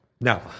Now